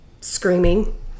screaming